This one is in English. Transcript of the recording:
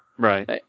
Right